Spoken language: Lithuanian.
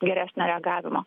geresnio reagavimo